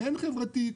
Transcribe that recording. הן חברתית,